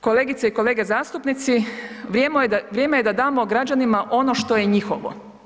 Kolegice i kolege zastupnici, vrijeme je da damo građanima ono što je njihovo.